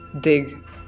dig